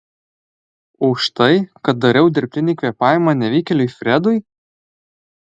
už tai kad dariau dirbtinį kvėpavimą negyvėliui fredui